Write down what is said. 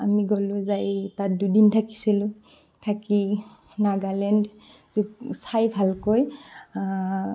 আমি গ'লোঁ যাই তাত দুদিন থাকিছিলোঁ থাকি নাগালেণ্ড চাই ভালকৈ